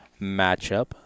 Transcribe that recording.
matchup